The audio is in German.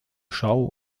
schau